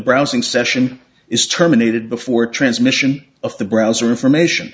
browsing session is terminated before transmission of the browser information